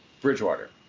Bridgewater